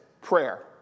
prayer